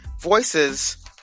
Voices